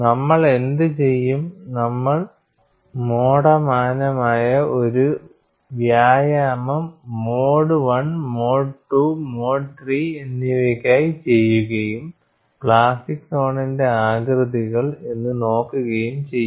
നമ്മൾ എന്തുചെയ്യും നമ്മൾ മോഡ്സമാനമായ ഒരു വ്യായാമം mode I mode II mode III എന്നിവയ്ക്കായി ചെയ്യുകയും എന്തൊക്കെയാണ് പ്ലാസ്റ്റിക് സോണിന്റെ ആകൃതികൾ എന്നു നോക്കുകയും ചെയ്യും